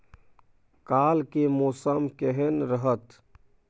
काल के मौसम केहन रहत?